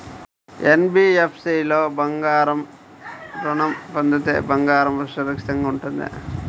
NBFC లో బంగారు ఋణం పొందితే బంగారం సురక్షితంగానే ఉంటుందా?